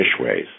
fishways